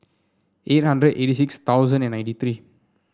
eight hundred eighty six thousand and ninety three